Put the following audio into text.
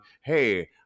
hey